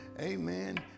Amen